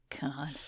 God